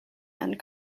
and